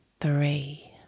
Three